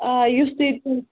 آ یُس تُہۍ چھُو